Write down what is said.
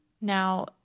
Now